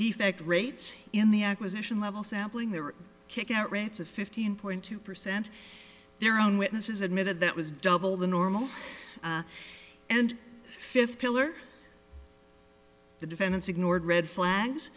defect rates in the acquisition level sampling they were kicking out rates of fifteen point two percent their own witnesses admitted that was double the normal and fifth pillar the defendants ignored red flags